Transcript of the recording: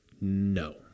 No